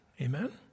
Amen